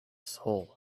soul